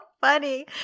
funny